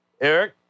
Eric